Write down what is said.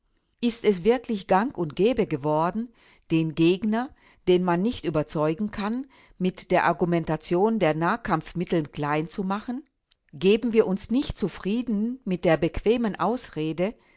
ist es wirklich gang und gäbe geworden den gegner den man nicht überzeugen kann mit der argumentation der nahkampfmittel klein zu machen geben wir uns nicht zufrieden mit der bequemen ausrede